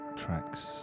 tracks